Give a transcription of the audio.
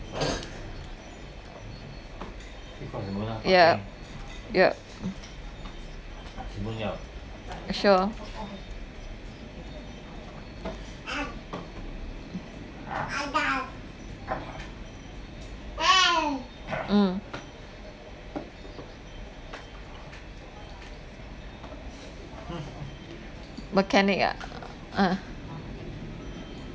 yup yup sure mm mechanic ah ah